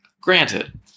Granted